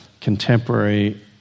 contemporary